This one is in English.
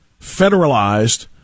federalized